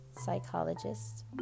psychologist